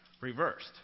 reversed